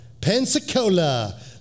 Pensacola